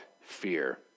fear